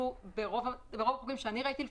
כשברוב המקרים שאני ראיתי לפחות,